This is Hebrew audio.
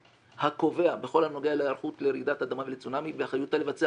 הקובע בכל הנוגע להיערכות לרעידת אדמה ולצונאמי ואחריותה לבצע